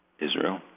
Israel